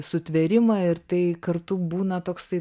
sutvėrimą ir tai kartu būna toksai